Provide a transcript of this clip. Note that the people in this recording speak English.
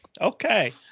Okay